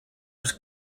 was